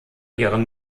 ihren